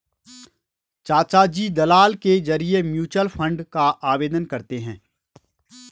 चाचाजी दलाल के जरिए म्यूचुअल फंड का आवेदन करते हैं